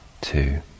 two